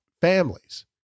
families